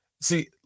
see